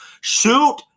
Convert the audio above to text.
shoot